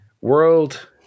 World